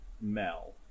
Mel